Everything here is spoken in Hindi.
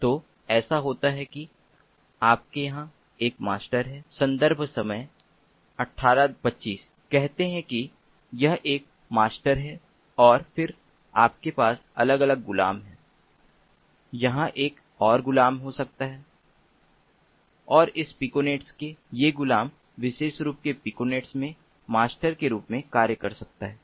तो ऐसा होता है कि आपके यहां एक मास्टर है कहते हैं कि यह एक मास्टर है और फिर आपके पास अलग अलग गुलाम हैं यहां एक और गुलाम हो सकता है और इस पिकोनेट के ये गुलाम विशेष रूप के पिकोनेट मे मास्टर के रूप में कार्य कर सकता है